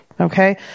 Okay